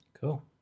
Cool